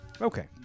Okay